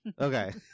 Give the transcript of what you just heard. Okay